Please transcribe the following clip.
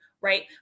Right